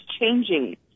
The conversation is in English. changing